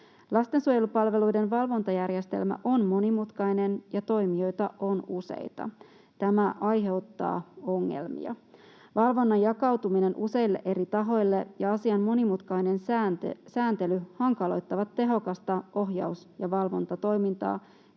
Lastensuojelupalveluiden valvontajärjestelmä on monimutkainen, ja toimijoita on useita. Tämä aiheuttaa ongelmia. Valvonnan jakautuminen useille eri tahoille ja asian monimutkainen sääntely hankaloittavat tehokasta oh- jaus- ja valvontatoimintaa